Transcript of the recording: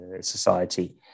society